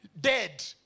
dead